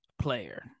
player